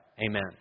Amen